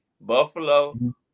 Buffalo